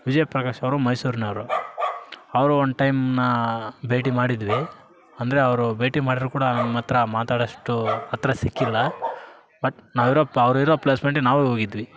ವಿಜಯ್ ಪ್ರಕಾಶವರು ಮೈಸೂರ್ನೋರು ಅವರು ಒನ್ ಟೈಮ್ ನಾ ಭೇಟಿ ಮಾಡಿದ್ವಿ ಅಂದರೆ ಅವರು ಭೇಟಿ ಮಾಡಿದರು ಕೂಡ ನಮ್ಮಹತ್ರ ಮಾತಾಡೋಷ್ಟು ಹತ್ತಿರ ಸಿಕ್ಕಿಲ್ಲ ಬಟ್ ನಾವಿರೋ ಅವ್ರು ಇರೋ ಪ್ಲೇಸ್ಮೆಂಟಿಗೆ ನಾವೇ ಹೋಗಿದ್ವಿ